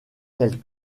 qu’elle